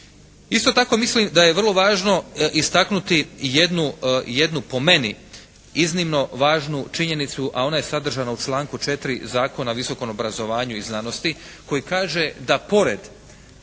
Isto tako mislim da je vrlo važno istaknuti jednu po meni iznimno važnu činjenicu, a ona je sadržana u članku 4. Zakona o visokom obrazovanju i znanosti koji kaže da pored